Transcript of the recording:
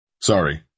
Sorry